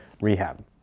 rehab